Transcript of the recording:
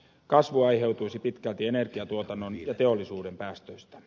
kasvu aiheutuisi pitkälti energiantuotannon ja teollisuuden päästöistä